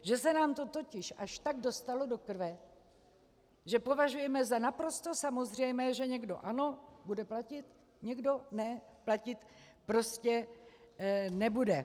Že se nám to totiž až tak dostalo do krve, že považujeme za naprosto samozřejmé, že někdo ano, bude platit, někdo ne, platit prostě nebude.